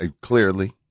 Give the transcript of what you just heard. clearly